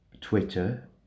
Twitter